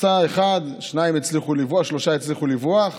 תפסה אחד, שלושה הצליחו לברוח.